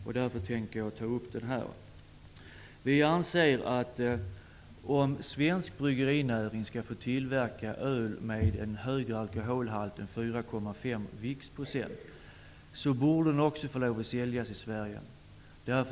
Vi i Ny demokrati anser att om svenska bryggerinäringen skall få tillverka öl med en högre alkoholhalt än 4,5 viktprocent, borde ölet också få säljas i Sverige.